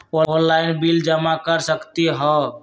Online bill जमा कर सकती ह?